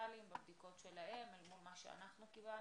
סוציאליים בבדיקות שלהם אל מול מה שאנחנו קיבלנו.